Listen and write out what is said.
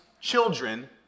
children